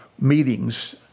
meetings